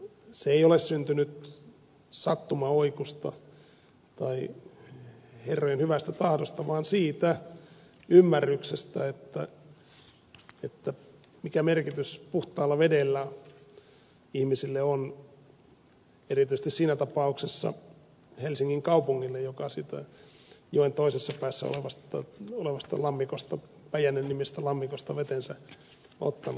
se ei ole syntynyt sattuman oikusta tai herrojen hyvästä tahdosta vaan siitä ymmärryksestä mikä merkitys puhtaalla vedellä ihmisille on erityisesti siinä tapauksessa helsingin kaupungille joka siitä joen toisessa päässä olevasta päijänne nimisestä lammikosta vetensä on ottanut